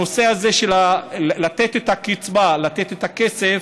הנושא הזה של לתת את הקצבה, לתת את הכסף,